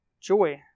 Joy